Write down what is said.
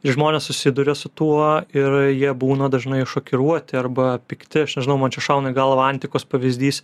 žmonės susiduria su tuo ir jie būna dažnai šokiruoti arba pikti aš nežinau man čia šauna į galvą antikos pavyzdys